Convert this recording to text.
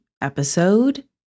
Episode